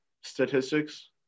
statistics